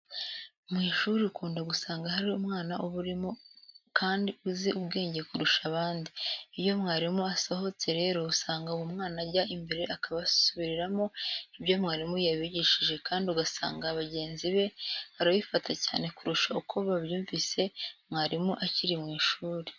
Mu ishuri ukunda gusanga hari umwana uba urimo kandi azi ubwenge kurusha bagenzi. Iyo mwarimu asohotse rero usanga uwo mwana ajya imbere akabasubiriramo ibyo mwarimu yabigishije kandi ugasanga bagenzi be barabifata cyane kurusha uko babyumvise mwarimu akiri mu ishuri.